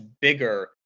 bigger